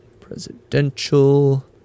presidential